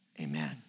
amen